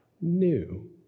new